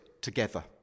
together